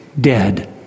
dead